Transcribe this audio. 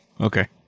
okay